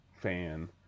fan